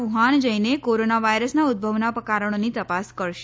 Wuhan જઇને corona વાયરસના ઉદભવના કારણોની તપાસ કરશે